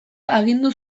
agindu